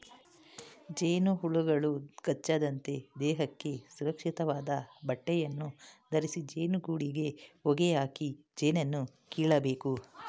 ಜೇನುಹುಳುಗಳು ಕಚ್ಚದಂತೆ ದೇಹಕ್ಕೆ ಸುರಕ್ಷಿತವಾದ ಬಟ್ಟೆಯನ್ನು ಧರಿಸಿ ಜೇನುಗೂಡಿಗೆ ಹೊಗೆಯಾಕಿ ಜೇನನ್ನು ಕೇಳಬೇಕು